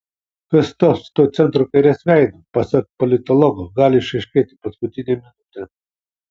kas taps tuo centro kairės veidu pasak politologo gali išaiškėti ir paskutinę minutę